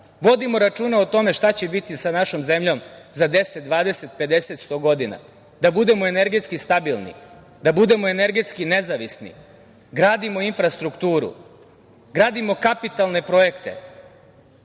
vodimo računa o tome šta će biti sa našom zemljom za 10, 20, 50, 100 godina da budemo energetski stabilni, da budemo energetski nezavisni, gradimo infrastrukturu, gradimo kapitalne projekte